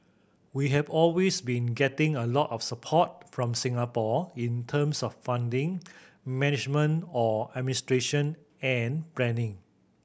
we have always been getting a lot of support from Singapore in terms of funding management or administration and planning